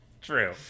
True